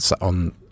on